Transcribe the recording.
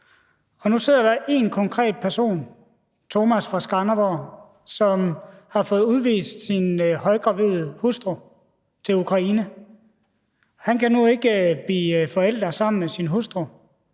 og nu sidder der én konkret person – Tomas fra Skanderborg – som har fået udvist sin højgravide hustru til Ukraine. Han kan nu ikke blive forælder sammen med sin hustru.